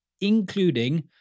including